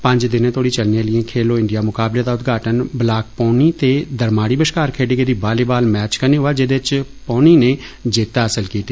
पंच दिने तोड़ी चलने आह्ले खेलो इण्डिया मुकाबलें दा उदघाटन ब्लाक पौनी ते दरमाड़ी बष्कार खेडे गेदे वालीबाल मैच कन्नै होआ जैदे च पानी नै जित्त हासल कीती